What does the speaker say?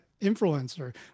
influencer